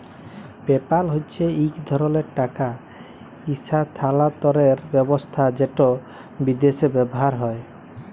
PayPal হছে ইক ধরলের টাকা ইসথালালতরের ব্যাবস্থা যেট বিদ্যাশে ব্যাভার হয়